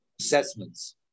assessments